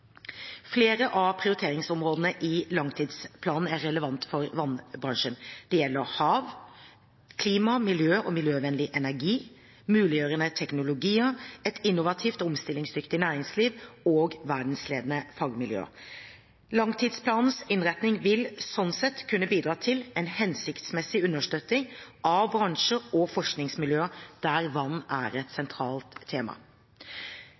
gjelder hav klima, miljø og miljøvennlig energi muliggjørende teknologier et innovativt og omstillingsdyktig næringsliv verdensledende fagmiljøer Langtidsplanens innretning vil således kunne bidra til en hensiktsmessig understøtting av bransjer og forskningsmiljøer der vann er et sentralt tema.